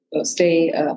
stay